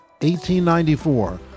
1894